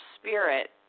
spirit